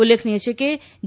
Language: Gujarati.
ઉલ્લેખનીય છે કે જે